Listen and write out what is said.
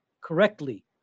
correctly